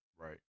Right